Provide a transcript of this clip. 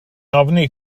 ofni